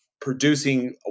producing